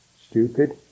stupid